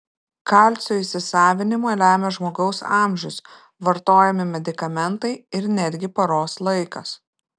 kalcio įsisavinimą lemia žmogaus amžius vartojami medikamentai ir netgi paros laikas